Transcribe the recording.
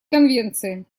конвенции